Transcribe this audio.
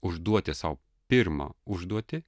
užduoti sau pirmą užduotį